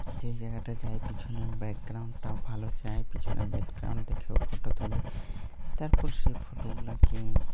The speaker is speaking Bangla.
যেই জায়গাটা যায় পিছনে ব্যাকগ্রাউন্ডটাও ভালো চায় পিছনে ব্যাকগ্রাউন্ড দেখেও ফটো তুলি তারপর সেই ফটোগুলাকে